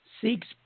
seeks